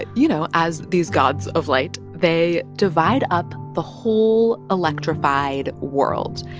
you know, as these gods of light, they divide up the whole electrified world.